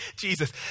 Jesus